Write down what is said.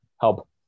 help